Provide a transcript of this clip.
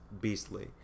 beastly